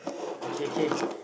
okay okay